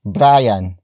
Brian